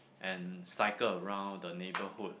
and cycle around the neighbourhood